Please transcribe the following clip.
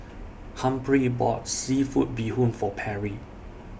Humphrey bought Seafood Bee Hoon For Perry